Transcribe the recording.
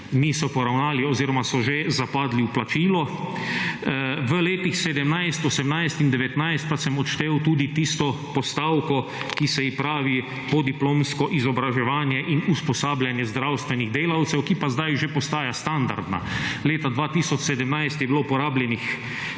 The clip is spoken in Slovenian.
niso poravnali oziroma so že zapadli v plačilo. V letu 2017, 2018 in 2019 pa sem odštel tudi tisto postavko, ki se ji pravi podiplomsko izobraževanje in usposabljanje zdravstvenih delavcev, ki pa zdaj že postaja standardna. Leta 2017 je bilo porabljenih